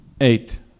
eight